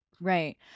Right